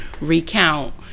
recount